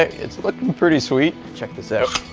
it's looking pretty sweet. check this out!